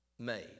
made